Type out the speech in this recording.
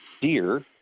Deer